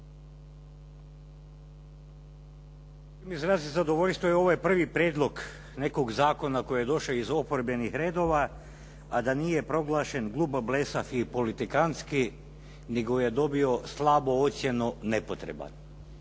izraziti zadovoljstvo jer ovo je prvi prijedlog nekog zakona koji je došao iz oporbenih redova, a da nije proglašen glup, blesav i politikanski, nego je dobio slabu ocjenu nepotreban.